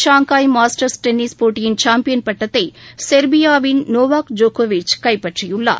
Shanghai Masters tennis போட்டியின் champion பட்டத்தை சென்பியாவின் நோவாக் ஜோகோவிச் கைப்பற்றியுள்ளார்